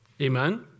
Amen